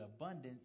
abundance